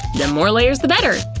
the more layers the better.